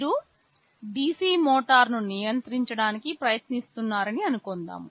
మీరు DC మోటారును నియంత్రించడానికి ప్రయత్నిస్తున్నారని అనుకుందాం